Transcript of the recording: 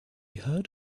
heard